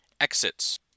exits